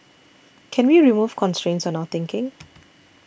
can we remove constraints on our thinking